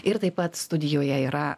ir taip pat studijoje yra